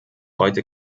heute